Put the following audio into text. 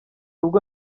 ubwo